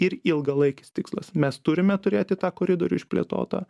ir ilgalaikis tikslas mes turime turėti tą koridorių išplėtotą